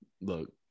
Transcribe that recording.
look